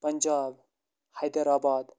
پنجاب حیدر آباد